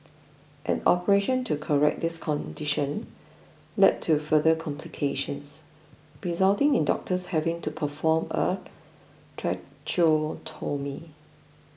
an operation to correct this condition led to further complications resulting in doctors having to perform a tracheotomy